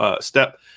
step